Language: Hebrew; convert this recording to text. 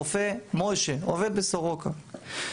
רופא משה, עובד בסורוקה.